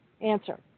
Answer